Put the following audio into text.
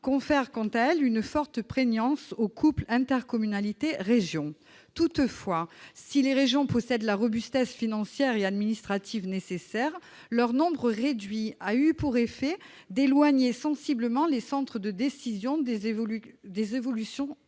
confère, quant à elle, une forte prégnance au couple intercommunalités-région. Toutefois, si les régions possèdent la robustesse financière et administrative nécessaire, leur nombre réduit a eu pour effet d'éloigner sensiblement les centres de décision des évolutions locales.